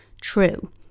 true